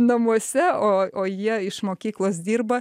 namuose o jie iš mokyklos dirba